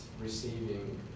receiving